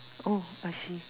oh I see